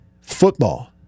football